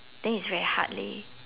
then is very hard leh